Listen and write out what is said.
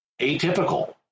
atypical